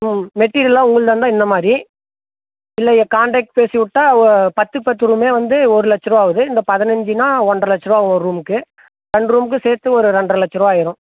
ம் மெட்டீரியல்லாம் உங்களுதாக இருந்தால் இந்தமாதிரி இல்லை நீங்கள் கான்ட்ராக்ட் பேசிவிட்டா பத்துக்கு பத்து ரூமே வந்து ஒரு லட்சரூவா ஆவுது இந்த பதனஞ்சின்னா ஒன்ரைலட்சரூவா ஒரு ரூம்க்கு ரெண்டு ரூமுக்கும் சேர்த்து ஒரு ரெண்டரை லட்சரூவா ஆயிரும்